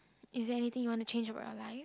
is there anything you want to change about your life